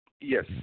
yes